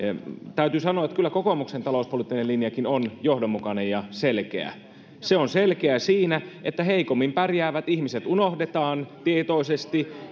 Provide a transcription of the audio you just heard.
täytyy sanoa että kyllä kokoomuksenkin talouspoliittinen linja on johdonmukainen ja selkeä se on selkeä siinä että heikommin pärjäävät ihmiset unohdetaan tietoisesti